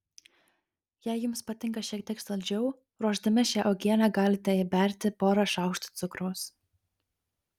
jei jums patinka šiek tiek saldžiau ruošdami šią uogienę galite įberti porą šaukštų cukraus